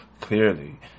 clearly